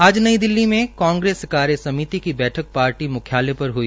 आज नई दिल्ली में कांग्रेस कार्यसमिति की बैठक पार्टी मुख्यालय पर हुई